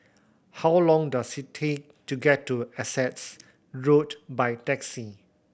how long does it take to get to Essex Road by taxi